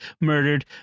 murdered